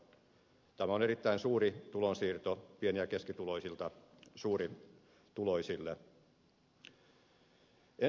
tämä on erittäin suuri tulonsiirto pieni ja keskituloisilta suurituloisille